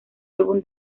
álbum